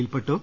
യിൽപ്പെട്ടു